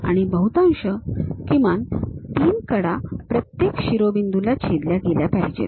आणि बहुतांश किमान 3 कडा प्रत्येक शिरोबिंदूला छेदल्या पाहिजेत